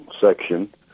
section